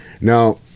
now